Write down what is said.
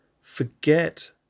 forget